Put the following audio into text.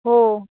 हो